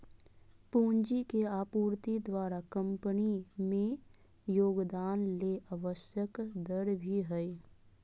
पूंजी के आपूर्ति द्वारा कंपनी में योगदान ले आवश्यक दर भी हइ